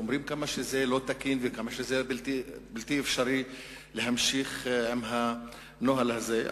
אומרים כמה שזה לא תקין וכמה בלתי אפשרי להמשיך עם הנוהל הזה.